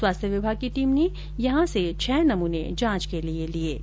स्वास्थ्य विभाग की टीम ने यहां से छह नमूने जांच के लिये लिए हैं